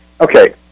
Okay